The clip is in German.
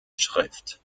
schrift